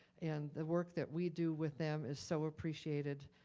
and the work that we do with them is so appreciated.